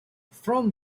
from